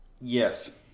Yes